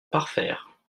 parfaire